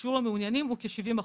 שיעור המעוניינים הוא כ-70%.